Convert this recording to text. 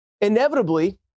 inevitably